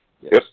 Yes